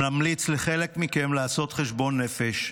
ממליץ לחלק מכם לעשות חשבון נפש.